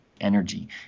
energy